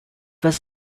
was